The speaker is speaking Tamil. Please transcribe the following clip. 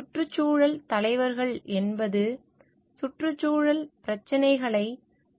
சுற்றுச்சூழல் தலைவர்கள் என்பது சுற்றுச்சூழல் பிரச்சினைகளை